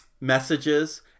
messages